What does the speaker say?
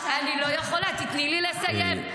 אני לא יכולה, תני לי לסיים.